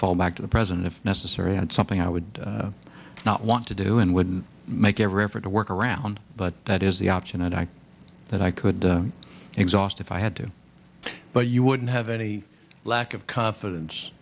fall back to the president if necessary and something i would not want to do and would make every effort to work around but that is the option that i that i could exhaust if i had to but you wouldn't have any lack of confidence